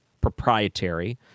proprietary